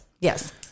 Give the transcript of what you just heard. Yes